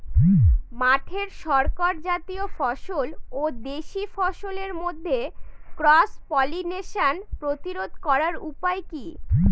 মাঠের শংকর জাতীয় ফসল ও দেশি ফসলের মধ্যে ক্রস পলিনেশন প্রতিরোধ করার উপায় কি?